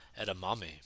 edamame